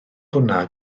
hwnna